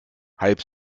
halb